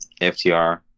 FTR